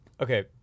Okay